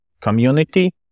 community